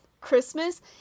christmas